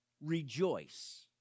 rejoice